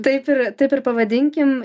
taip ir taip ir pavadinkim